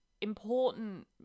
important